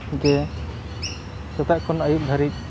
ᱡᱮ ᱥᱮᱛᱟᱜ ᱠᱷᱚᱱ ᱟᱹᱭᱩᱵ ᱫᱷᱟᱹᱨᱤᱡ